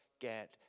get